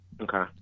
Okay